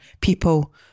people